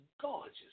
gorgeous